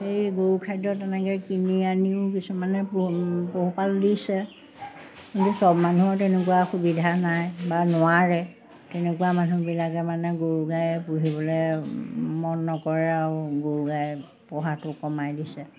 সেই গৰু খাদ্য তেনেকৈ কিনি আনিও কিছুমানে পোহ পোহপাল দিছে কিন্তু চব মানুহৰ তেনেকুৱা সুবিধা নাই বা নোৱাৰে তেনেকুৱা মানুহবিলাকে মানে গৰু গাই পুহিবলৈ মন নকৰে আৰু গৰু গাই পোহাটো কমাই দিছে